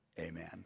Amen